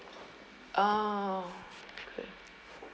oh